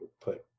put